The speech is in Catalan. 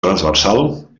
transversal